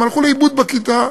הם הלכו לאיבוד בכיתה,